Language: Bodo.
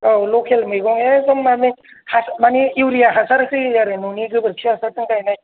औ लखेल मैगं एगदम माने हासा मानि इउरिया हासार होयै आरो न'नि गोबोरखि हासारजों गायनाय